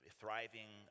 thriving